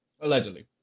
Allegedly